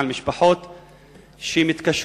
על משפחות שמתקשות,